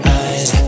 eyes